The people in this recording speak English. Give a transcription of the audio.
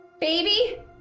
Baby